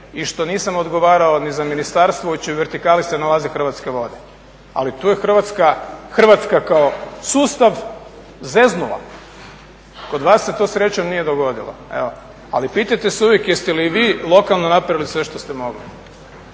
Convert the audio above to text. i što nisam odgovarao ni za ministarstvu u čijoj se vertikali nalaze Hrvatske vode, ali tu je Hrvatska kao sustav zeznula. Kod vas se srećom to nije dogodilo, ali pitajte se uvijek jeste li i vi lokalno napravili sve što ste mogli.